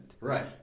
Right